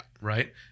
Right